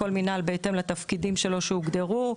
כל מנהל בהתאם לתפקידים שלו שהוגדרו,